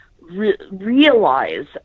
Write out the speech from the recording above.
realize